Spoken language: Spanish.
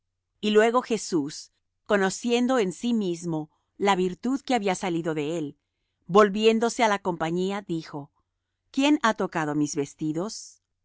y luego jesús conociendo en sí mismo la virtud que había salido de él volviéndose á la compañía dijo quién ha tocado mis vestidos